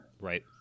Right